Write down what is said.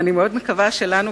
ואני מאוד מקווה שלנו,